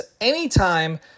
anytime